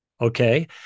Okay